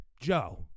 Joe